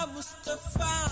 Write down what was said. Mustafa